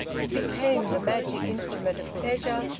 it became the magic instrument of pleasure,